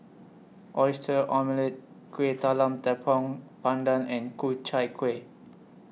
Oyster Omelette Kuih Talam Tepong Pandan and Ku Chai Kueh